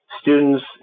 Students